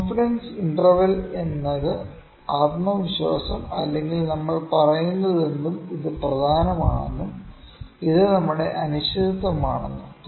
confidence interval എന്നത് ആത്മവിശ്വാസം അല്ലെങ്കിൽ നമ്മൾ പറയുന്നതെന്തും ഇത് പ്രധാനമാണെന്നും ഇത് നമ്മുടെ അനിശ്ചിതത്വമാണെന്നും